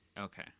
Okay